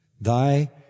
Thy